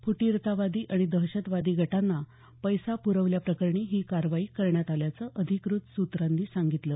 फुटीरतावादी आणि दहशतवादी गटांना पैसा पुरवल्याप्रकरणी ही कारवाई करण्यात आल्याचं अधिकृत सूत्रांनी सांगितलं